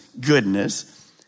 goodness